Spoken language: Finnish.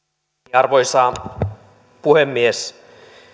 arvoisa puhemies